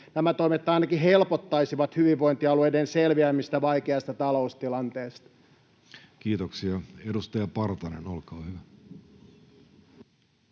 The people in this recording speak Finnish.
Nämä toimet ainakin helpottaisivat hyvinvointialueiden selviämistä vaikeasta taloustilanteesta. Kiitoksia. — Edustaja Partanen, olkaa hyvä.